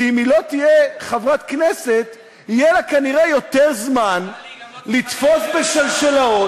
שאם היא לא תהיה חברת כנסת יהיה לה כנראה יותר זמן לתפוס בשלשלאות,